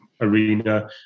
arena